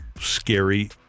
scary